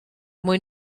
mwyn